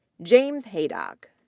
james haydock,